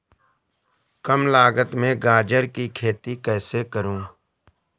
कम लागत में गाजर की खेती कैसे करूँ?